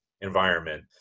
environment